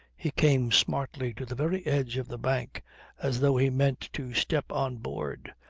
he came smartly to the very edge of the bank as though he meant to step on board,